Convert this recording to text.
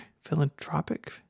Philanthropic